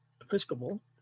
episcopal